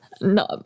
No